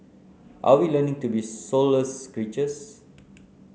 are we learning to be soulless creatures